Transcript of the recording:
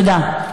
תודה.